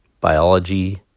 biology